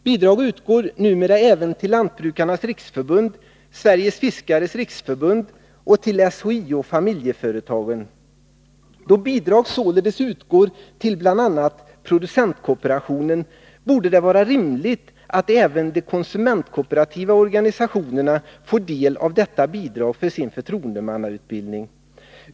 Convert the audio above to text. Bidrag utgår numera även till Lantbrukarnas riksförbund, Sveriges Fiskares riksförbund och SHIO-familjeföretagen. Då bidrag således utgår till bl.a. producentkooperationen, borde det vara rimligt att även de konsumentkooperativa organisationerna får del av detta bidrag för sin förtroendemannautbildning.